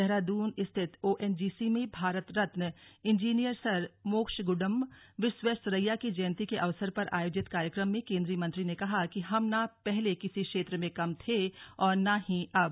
देहरादून स्थित ओएनजीसी में Bharat Ratna engineer sir Mokshagundam Visvesvaraya की जयंती के अवसर पर आयोजित कार्यक्रम में केंद्रीय मंत्री ने कहा कि हम न पहले किसी क्षेत्र में कम थे और न ही अब